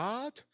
God